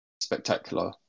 spectacular